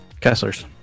Kessler's